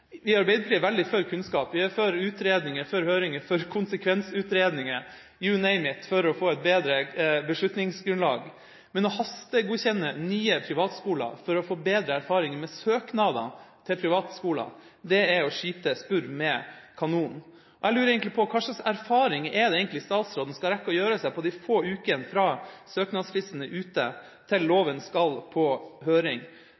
Vi i Arbeiderpartiet er veldig for kunnskap. Vi er for utredninger, for høringer, for konsekvensutredninger – «you name it» – for å få et bedre beslutningsgrunnlag. Men å hastegodkjenne nye privatskoler for å få bedre erfaringer med søknadene til privatskoler er å skyte spurv med kanon. Jeg lurer egentlig på hva slags erfaring det er statsråden skal rekke å gjøre seg på de få ukene fra søknadsfristen er ute, til loven skal på høring,